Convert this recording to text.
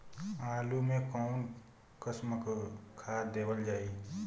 आलू मे कऊन कसमक खाद देवल जाई?